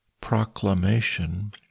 Proclamation